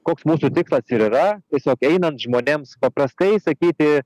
koks mūsų tikslas ir yra tiesiog einant žmonėms paprastai sakyti